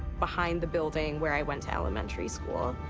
behind the building where i went to elementary school.